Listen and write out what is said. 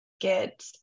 get